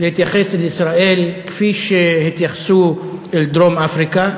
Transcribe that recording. להתייחס לישראל כפי שהתייחסו אל דרום-אפריקה.